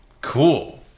cool